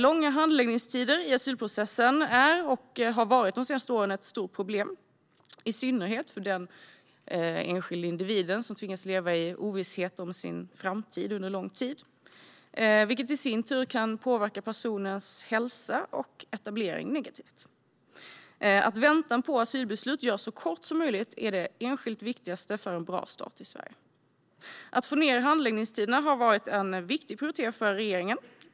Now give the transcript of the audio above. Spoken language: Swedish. Långa handläggningstider i asylprocessen är och har de senaste åren varit ett stort problem, i synnerhet för den enskilde individen som tvingas leva i ovisshet om sin framtid under lång tid, vilket i sin tur kan påverka personens hälsa och etablering negativt. Att väntan på asylbeslut görs så kort som möjligt är det enskilt viktigaste för en bra start i Sverige. Att få ned handläggningstiderna har varit en viktig prioritet för regeringen.